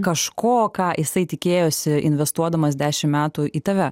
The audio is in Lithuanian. kažko ką jisai tikėjosi investuodamas dešimt metų į tave